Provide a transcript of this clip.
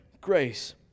Grace